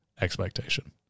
expectation